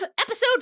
episode